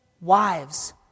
wives